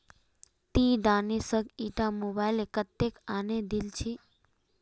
ती दानिशक ईटा मोबाइल कत्तेत आने दिल छि